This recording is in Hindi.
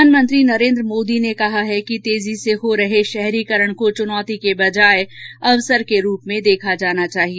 प्रधानमंत्री नरेन्द्र मोदी ने कहा है कि तेजी से हो रहे शहरीकरण को चुनौती के बजाय अवसर के रूप में देखा जाना चाहिए